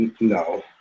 no